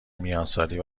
میانسالی